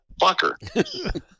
fucker